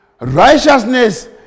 righteousness